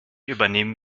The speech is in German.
übernehmen